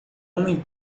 homem